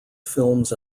films